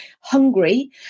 hungry